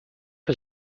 was